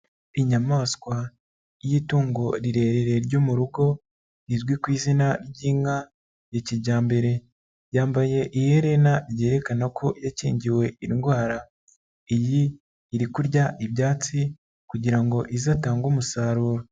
lnyamaswa y'itungo rirerire ryo mu rugo rizwi ku izina ry'inka ya kijyambere ,yambaye iherena ryerekana ko yakingiwe indwara. lyi iri kurya ibyatsi kugira ngo izatange umusaruro.